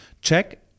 Check